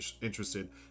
interested